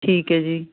ਠੀਕ ਹੈ ਜੀ